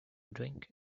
drink